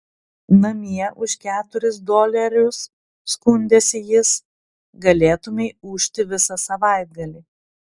namie už keturis dolerius skundėsi jis galėtumei ūžti visą savaitgalį